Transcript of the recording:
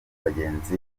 bagenzi